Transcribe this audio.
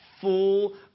full